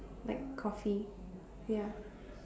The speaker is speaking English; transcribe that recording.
like coffee ya